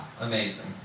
amazing